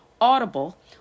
Audible